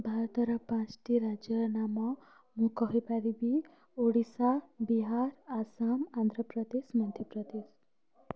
ଭାରତର ପାନ୍ସଟି ରାଜ୍ୟର ନାମ ମୁଁ କହିପାରିବି ଓଡ଼ିଶା ବିହାର ଆସାମ ଆନ୍ଧ୍ରପ୍ରଦେଶ ମଧ୍ୟପ୍ରଦେଶ